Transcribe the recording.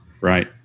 Right